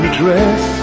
dress